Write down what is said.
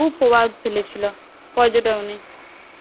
খুব প্রভাব ফেলেছিলো পর্যটক নিয়ে